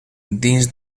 dins